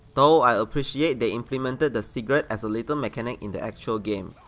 though i appreciate they implemented the cigarette as a little mechanic in the actual game,